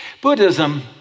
Buddhism